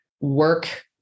work